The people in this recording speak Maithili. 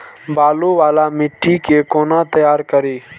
बालू वाला मिट्टी के कोना तैयार करी?